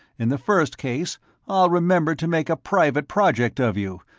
in the first case, i'll remember to make a private project of you,